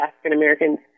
African-Americans